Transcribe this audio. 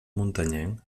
muntanyenc